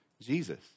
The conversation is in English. Jesus